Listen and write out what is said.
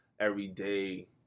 everyday